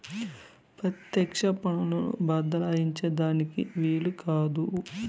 పెత్యెక్ష పన్నులను బద్దలాయించే దానికి ఈలు కాదు